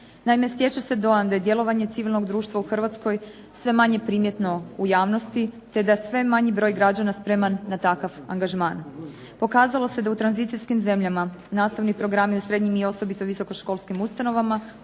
Naime, stječe se dojam da je djelovanje civilnog društva u Hrvatskoj sve manje primjetno u javnosti te da je sve manji broj građana spreman na takav angažman. Pokazalo se da u tranzicijskim zemljama nastavni programi u srednjim i osobito visokoškolskim ustanovama